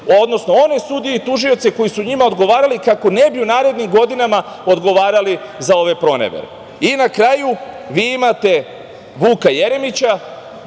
odnosno one sudije i tužioce koji su njima odgovarali, kako ne bi u narednim godinama odgovarali za ove pronevere. Na kraju, vi imate Vuka Jeremića,